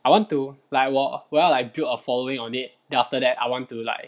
I want to like 我我要 like build a following on it then after that I want to like